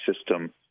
system